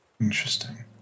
Interesting